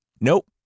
Nope